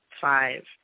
five